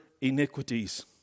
iniquities